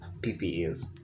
PPEs